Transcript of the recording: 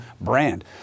brand